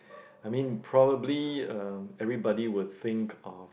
I mean probably um everybody will think of